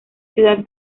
ciudad